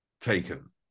taken